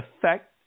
affect